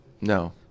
No